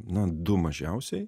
na du mažiausiai